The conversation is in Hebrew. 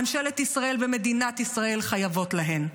ממשלת ישראל ומדינת ישראל חייבים להן.